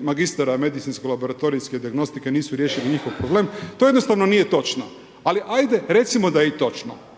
magistara medicinsko-laboratorijske dijagnostike nisu riješili njihov problem, to jednostavno nije točno. Ali ajde recimo da je i točno.